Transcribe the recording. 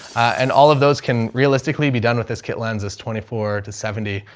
and all of those can realistically be done with this kit lens is twenty four to seventy,